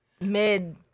mid